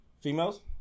females